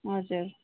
हजुर